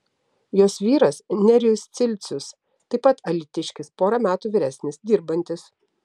jos vyras nerijus cilcius taip pat alytiškis pora metų vyresnis dirbantis